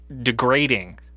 degrading